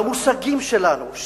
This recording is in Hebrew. במושגים שלנו,